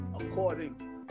according